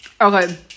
Okay